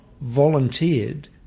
volunteered